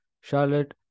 Charlotte